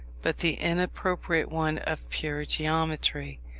but the inappropriate one of pure geometry,